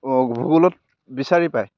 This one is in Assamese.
অ' গুগোলত বিচাৰি পায়